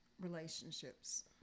Relationships